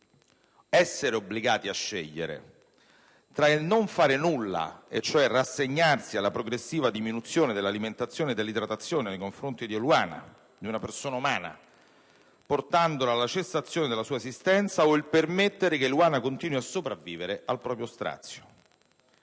essere obbligati a scegliere, tra il non fare nulla (e cioè rassegnarsi alla progressiva diminuzione dell'alimentazione e dell'idratazione di Eluana, di una persona umana, portandola alla cessazione della sua esistenza) e il permettere che Eluana continui a sopravvivere al proprio strazio.